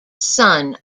son